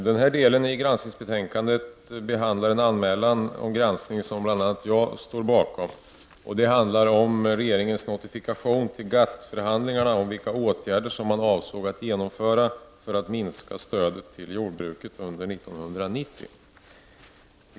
Fru talman! Denna del av granskningsbetänkandet behandlar en anmälan om granskning som bl.a. jag står bakom. Det handlar om regeringens notifikation till GATT-förhandlingarna om vilka åtgärder som man avsåg att genomföra för att minska stödet till jordbruket under 1990.